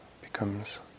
becomes